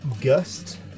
Gust